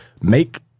make